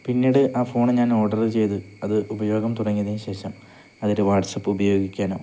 പിന്നീട് ആ ഫോണ് ഞാൻ ഓർഡര് ചെയ്ത് അത് ഉപയോഗം തുടങ്ങിയതിനു ശേഷം അതില് വാട്സാപ്പ് ഉപയോഗിക്കാനും